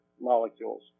molecules